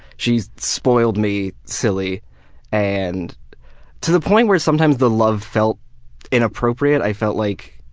she spoiled me silly and to the point where sometimes the love felt inappropriate, i felt like